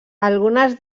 algunes